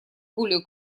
более